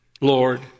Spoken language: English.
Lord